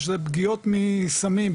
שזה פגיעות מסמים,